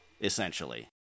essentially